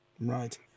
right